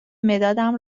مدادم